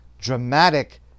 dramatic